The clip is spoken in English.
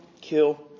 kill